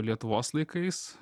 lietuvos laikais